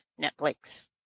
Netflix